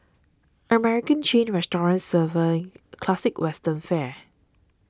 American chain restaurant serving classic Western fare